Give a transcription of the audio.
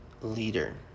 leader